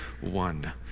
One